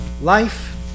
Life